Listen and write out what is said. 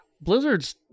Blizzard's